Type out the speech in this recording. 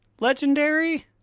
legendary